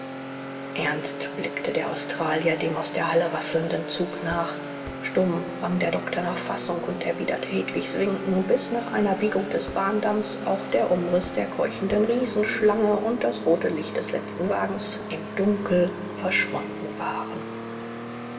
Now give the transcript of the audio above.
ernst blickte der australier dem aus der halle rasselnden zuge nach stumm rang der doktor nach fassung und erwiderte hedwigs winken bis nach einer biegung des bahndamms auch der umriß der keuchenden riesenschlange und das rote licht des letzten wagens im dunkel verschwunden waren